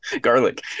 garlic